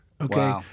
Okay